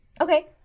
okay